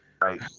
Right